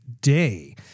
day